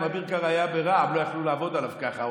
אם אביר קארה היה ברע"מ הם לא יכלו לעבוד עליו ככה.